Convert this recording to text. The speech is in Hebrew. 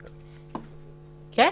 כן.